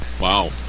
Wow